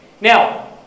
Now